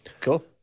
Cool